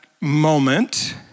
moment